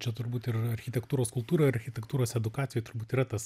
čia turbūt ir yra architektūros kultūroj architektūros edukacijoj turbūt yra tas